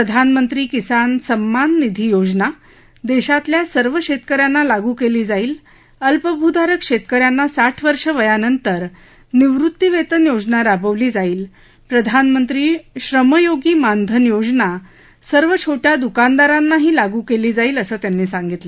प्रधानमंत्री किसान सम्मान निधि योजना दक्षीतल्या सर्व शक्कि यांना लागू क्ली जाईल अल्प भू धारक शक्कि यांना साठ वर्ष वयानंतर निवृत्ती वस्ति योजना राबवली जाईल प्रधानमंत्री श्रम योगी मानधन योजना सर्व छोट्या दुकानदारांनाही लागू कली जाईल असं त्यांनी सांगितलं